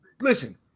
Listen